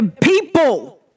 People